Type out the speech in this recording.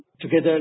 together